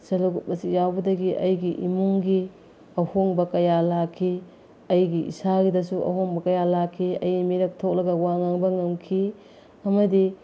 ꯁꯦ ꯂꯦ ꯒ꯭ꯔꯨꯞ ꯑꯁꯤ ꯌꯥꯎꯕꯗꯒꯤ ꯑꯩꯒꯤ ꯏꯃꯨꯡꯒꯤ ꯑꯍꯣꯡꯕ ꯀꯌꯥ ꯂꯥꯛꯈꯤ ꯑꯩꯒꯤ ꯏꯁꯥꯗꯁꯨ ꯑꯍꯣꯡꯕ ꯀꯌꯥ ꯂꯥꯛꯈꯤ ꯑꯩ ꯃꯤꯔꯛ ꯊꯣꯛꯂꯒ ꯋꯥ ꯉꯥꯡꯕ ꯉꯝꯈꯤ ꯑꯃꯗꯤ